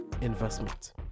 investment